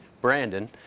Brandon